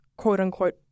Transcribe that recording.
quote-unquote